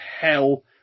hell